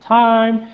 time